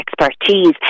expertise